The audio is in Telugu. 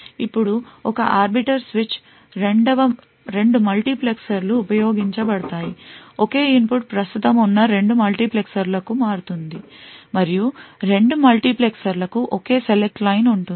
ఇప్పుడు ఒక ఆర్బిటర్ స్విచ్లో రెండు మల్టీప్లెక్సర్లు ఉపయోగించబడతాయి ఒకే ఇన్పుట్ ప్రస్తుతం ఉన్న రెండు మల్టీప్లెక్సర్లకు మారుతుంది మరియు రెండు మల్టీప్లెక్సర్లకు ఒకే select line ఉంటుంది